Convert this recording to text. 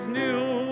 new